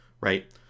right